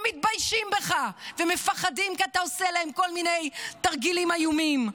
הם מתביישים בך ומפחדים כי אתה עושה להם כל מיני תרגילים איומים.